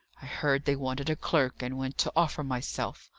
i heard they wanted a clerk, and went to offer myself.